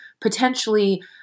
Potentially